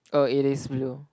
err it is blue